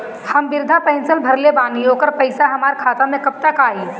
हम विर्धा पैंसैन भरले बानी ओकर पईसा हमार खाता मे कब तक आई?